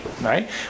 right